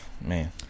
Man